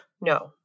No